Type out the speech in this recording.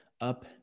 up